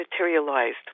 materialized